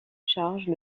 charge